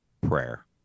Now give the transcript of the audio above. prayer